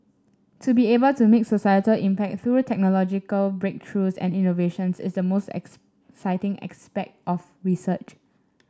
to be able to make a societal impact through technological breakthroughs and innovations is the most ex citing aspect of research